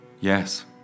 Yes